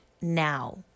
now